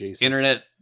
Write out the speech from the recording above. Internet